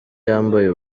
yambaye